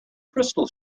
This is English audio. crystal